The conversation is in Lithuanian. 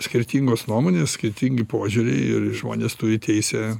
skirtingos nuomonės skirtingi požiūriai ir žmonės turi teisę